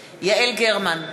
גרמן,